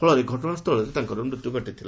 ଫଳରେ ଘଟଶାସ୍ଥଳରେ ତାଙ୍କର ମୃତ୍ୟୁ ଘଟିଥିଲା